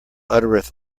uttereth